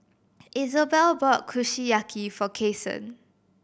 Isobel bought Kushiyaki for Kason